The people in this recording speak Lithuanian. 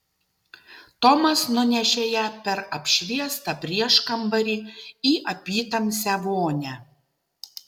tomas nunešė ją per apšviestą prieškambarį į apytamsę vonią